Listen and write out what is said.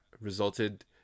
resulted